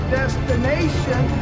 destination